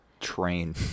train